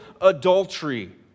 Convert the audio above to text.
adultery